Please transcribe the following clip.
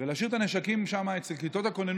להשאיר את הנשקים שם, אצל כיתות הכוננות.